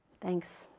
thanks